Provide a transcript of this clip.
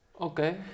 Okay